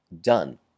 done